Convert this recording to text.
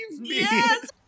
Yes